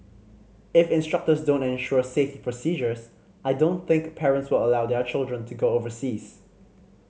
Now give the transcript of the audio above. if instructors don't ensure safety procedures I don't think parents will allow their children to go overseas